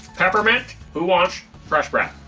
peppermint. who wants fresh breath?